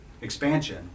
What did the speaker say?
expansion